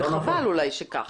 חבל שכך.